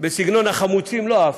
סגנון החמוצים, לא אהבתי.